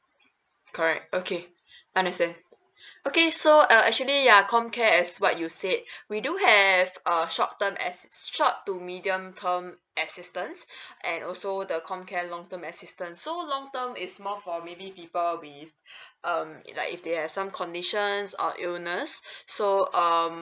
correct okay understand okay so uh actually ya comcare as what you said we do have a short term as short to medium term assistance and also the comcare long term assistance so long term is more for maybe people with um like if they have some conditions or illness so um